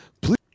Please